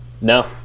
no